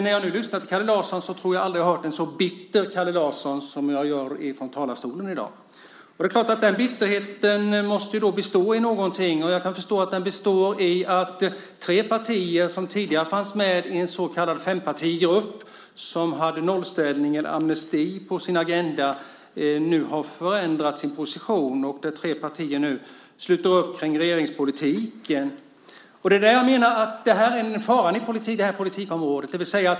När jag nu lyssnar till Kalle Larsson tror jag att jag aldrig har hört en så bitter Kalle Larsson som från talarstolen i dag. Det är klart att den bitterheten måste bestå i någonting. Jag kan förstå att den består i att tre partier som tidigare fanns med i en så kallad fempartigrupp, som hade nollställningen amnesti på sin agenda, nu har förändrat sin position. Tre partier sluter nu upp kring regeringspolitiken. Det är det jag menar är faran på det här politikområdet.